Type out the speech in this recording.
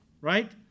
right